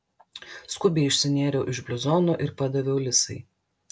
skubiai išsinėriau iš bluzono ir padaviau lisai